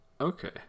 Okay